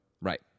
Right